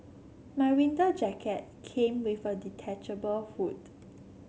my winter jacket came with a detachable hood